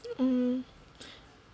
um um